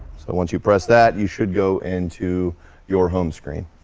so once you press that you should go into your home screen.